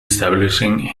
establishing